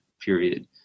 period